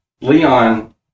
Leon